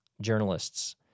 journalists